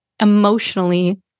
emotionally